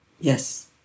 Yes